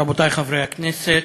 רבותי חברי הכנסת,